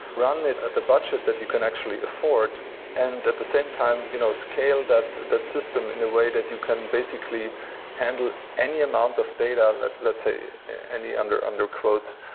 run it at the budget that you can actually afford and at the same time, you know scale that that system in a way that you can basically handle any amount of data, let's let's say any under-under quotes,